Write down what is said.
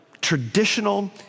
traditional